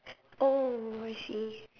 oh I see